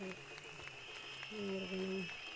होर केह् नांऽ